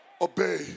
Obey